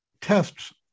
tests